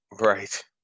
Right